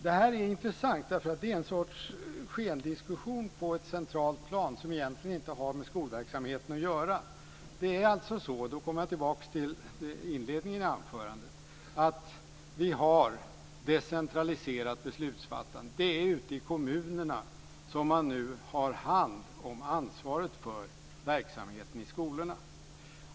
Det här är intressant eftersom det är en sorts skendiskussion på ett centralt plan som egentligen inte har med skolverksamheten att göra. Jag kommer då tillbaka till inledningen av anförandet. Vi har alltså decentraliserat beslutsfattandet. Det är ute i kommunerna som man nu har hand om ansvaret för verksamheten i skolorna.